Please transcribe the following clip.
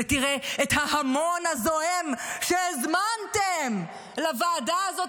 ותראה את ההמון הזועם שהזמנתם לוועדה הזאת,